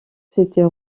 s’était